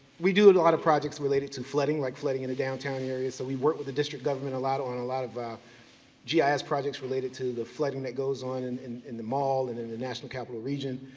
we do a lot of projects related to flooding. like flooding in the downtown area. so, we work with the district government a lot, on a lot of ah gis yeah projects related to the flooding that goes on and in in the mall and in the national capital region.